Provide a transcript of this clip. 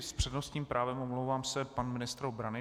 S přednostním právem, omlouvám se, pan ministr obrany.